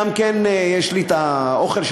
גם יש לי אוכל,